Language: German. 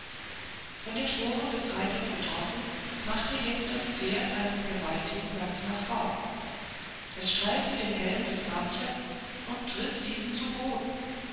von den sporen des reiters getroffen machte jetzt das pferd einen gewaltigen satz nach vorn es streifte den helm des martiers und riß diesen zu boden